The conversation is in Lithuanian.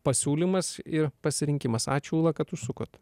pasiūlymas ir pasirinkimas ačiū ūla kad užsukot